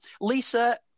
Lisa